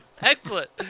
Excellent